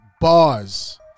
bars